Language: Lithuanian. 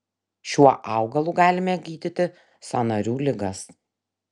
šiuo augalu galime gydyti sąnarių ligas